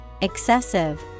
excessive